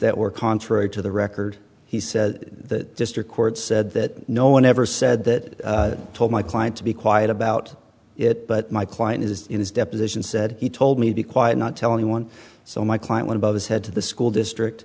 that were contrary to the record he said the district court said that no one ever said that i told my client to be quiet about it but my client is in his deposition said he told me to be quiet not tell anyone so my client went above his head to the school district